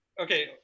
Okay